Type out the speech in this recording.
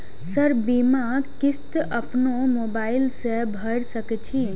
Sir बीमा किस्त अपनो मोबाईल से भर सके छी?